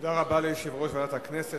תודה רבה ליושב-ראש ועדת הכנסת.